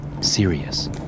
serious